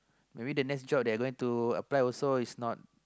maybe the next job they are going to apply is not